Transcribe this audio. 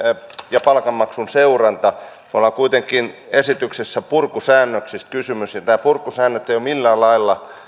ja palkanmaksun seuranta kuitenkin esityksessä on purkusäännöksistä kysymys ja nämä purkusäännöt eivät ole millään lailla